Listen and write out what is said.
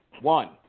One